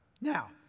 Now